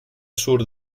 surt